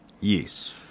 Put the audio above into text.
Yes